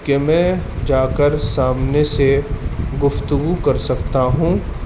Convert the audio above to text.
کہ میں جا کر سامنے سے گفتگو کر سکتا ہوں